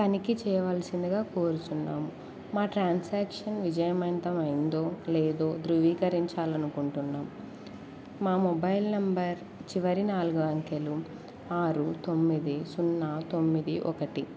తనిఖీ చేయవలసిందిగా కోరుచున్నాము మా ట్రాన్సాక్షన్ విజయమంతం అయిందో లేదో ధృవీకరించాలనుకుంటున్నాం మా మొబైల్ నంబర్ చివరి నాలుగు అంకెలు ఆరు తొమ్మిది సున్నా తొమ్మిది ఒకటి